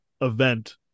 event